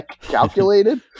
calculated